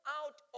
out